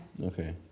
Okay